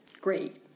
Great